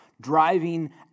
driving